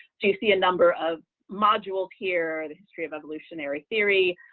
so you see a number of modules here, the history of evolutionary theory,